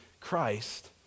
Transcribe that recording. Christ